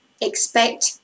Expect